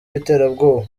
w’iterabwoba